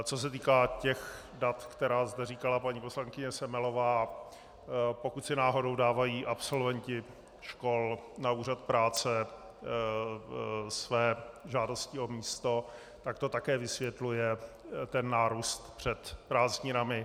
Co se týká těch dat, která zde říkala paní poslankyně Semelová, pokud si náhodou dávají absolventi škol na úřad práce své žádosti o místo, tak to také vysvětluje ten nárůst před prázdninami.